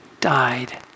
died